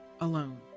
alone